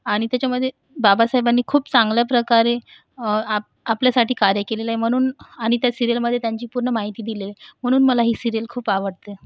आणि त्याच्यामध्ये बाबासाहेबांनी खूप चांगल्या प्रकारे आप आपल्यासाठी कार्य केलेलं आहे म्हणून आणि त्या सीरिअलमध्ये त्यांची पूर्ण माहिती दिलेली म्हणून मला ही सीरिअल खूप आवडते